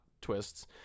twists